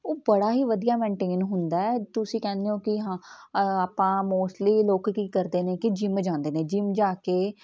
ਉਹ ਬੜਾ ਹੀ ਵਧੀਆ ਮੈਂਟੇਨ ਹੁੰਦਾ ਤੁਸੀਂ ਕਹਿੰਦੇ ਹੋ ਕਿ ਹਾਂ ਆਪਾਂ ਮੋਸਟਲੀ ਲੋਕ ਕੀ ਕਰਦੇ ਨੇ ਕਿ ਜਿੰਮ ਜਾਂਦੇ ਨੇ ਜਿੰਮ ਜਾ ਕੇ